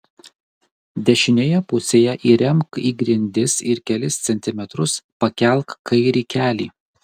dešinėje pusėje įremk į grindis ir kelis centimetrus pakelk kairį kelį